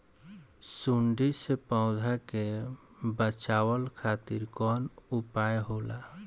सुंडी से पौधा के बचावल खातिर कौन उपाय होला?